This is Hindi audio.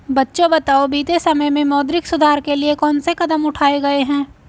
बच्चों बताओ बीते समय में मौद्रिक सुधार के लिए कौन से कदम उठाऐ गए है?